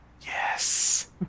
Yes